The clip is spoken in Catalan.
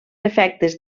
efectes